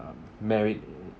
um married mm